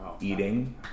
Eating